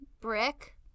Brick